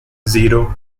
zero